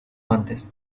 antes